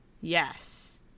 Yes